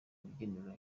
rubyiniro